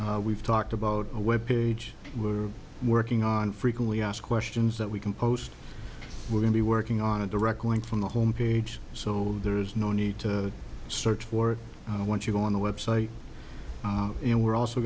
we've talked about a web page we're working on frequently asked questions that we can post we're going to be working on a direct link from the home page sold there's no need to search for it once you go on the website and we're also